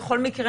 בכל מקרה,